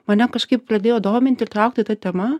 mane kažkaip pradėjo dominti ir traukti ta tema